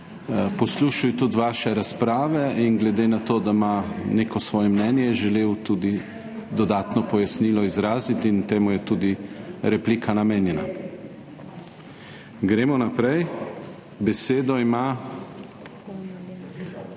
Poslušal je tudi vaše razprave in glede na to, da ima neko svoje mnenje je želel tudi dodatno pojasnilo izraziti in temu je tudi replika namenjena. Gremo naprej, besedo ima